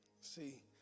See